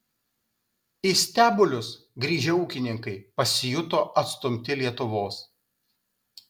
į stebulius grįžę ūkininkai pasijuto atstumti lietuvos